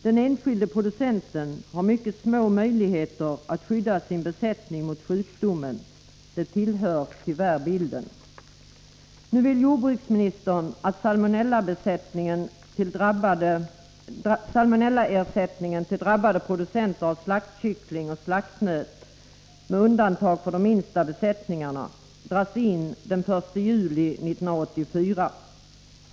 Den enskilde producenten har mycket små möjligheter att skydda sin besättning mot sjukdomen — det tillhör tyvärr bilden. Nu vill jordbruksministern att salmonellaersättningen till drabbade producenter av slaktkyckling och slaktnöt, med undantag för de minsta besättningarna, dras in den 1 juli 1984.